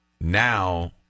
now